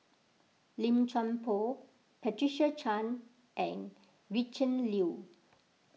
Lim Chuan Poh Patricia Chan and Gretchen Liu